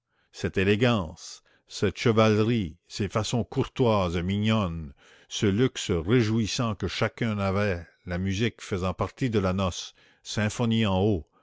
cette élégance cette chevalerie ces façons courtoises et mignonnes ce luxe réjouissant que chacun avait la musique faisant partie de la noce symphonie en haut